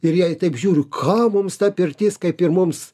ir jie į taip žiūriu kam mums ta pirtis kaip ir mums